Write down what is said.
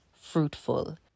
fruitful